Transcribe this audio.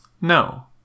No